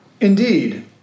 Indeed